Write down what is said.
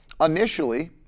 initially